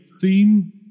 theme